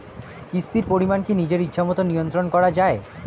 কিস্তির পরিমাণ কি নিজের ইচ্ছামত নিয়ন্ত্রণ করা যায়?